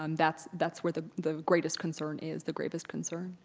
um that's that's where the the greatest concern is, the gravest concern.